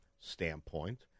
standpoint